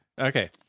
Okay